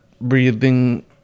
breathing